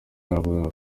yaravugaga